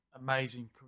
amazing